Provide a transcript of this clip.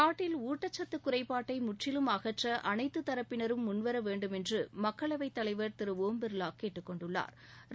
நாட்டில் ஊட்டச்சத்து குறைப்பாட்டை முற்றிலும் அகற்ற அனைத்துதரப்பினரும் முன் வர வேண்டும் என்று மக்களவை தலைவா் திரு ஓம் பிா்லா கேட்டுக்கொண்டுள்ளாா்